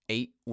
Eight